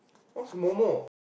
want some more more